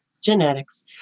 genetics